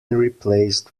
replaced